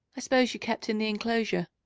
i suppose you kept in the enclosure?